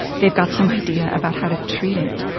they've got some idea about how to treat it.